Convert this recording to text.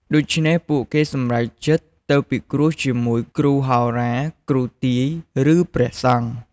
ដូច្នេះ ពួកគេសម្រេចចិត្តទៅពិគ្រោះជាមួយ គ្រូហោរា គ្រូទាយ ឬព្រះសង្ឃ។